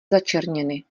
začerněny